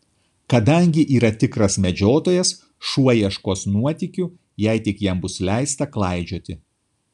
kadangi yra tikras medžiotojas šuo ieškos nuotykių jei tik jam bus leista klaidžioti